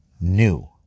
new